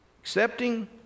accepting